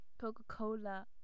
Coca-Cola